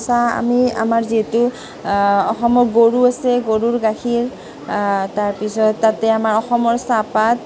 চাহ আমি আমাৰ যিহেতু অসমত গৰু আছে গৰুৰ গাখীৰ তাৰপিছত তাতে আমাৰ অসমৰ চাহপাত